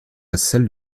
celle